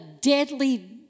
deadly